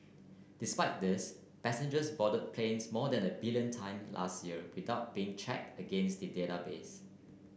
despite this passengers boarded planes more than a billion time last year without being check against the database